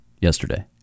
yesterday